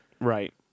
right